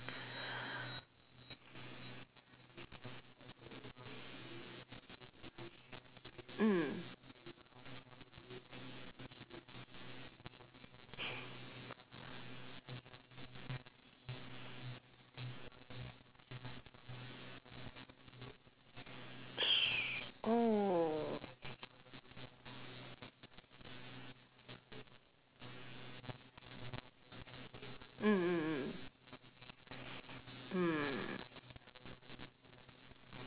mm oh